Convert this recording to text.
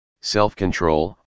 self-control